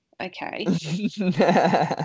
okay